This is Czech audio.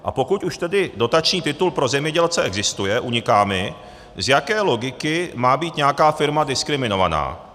A pokud už tedy dotační titul pro zemědělce existuje, uniká mi, z jaké logiky má být nějaká firma diskriminována.